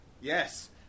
Yes